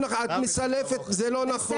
לא נכון, לא נכון את טועה, את מסלפת זה לא נכון.